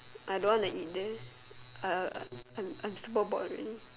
I don't want to eat this I I I'm super bored already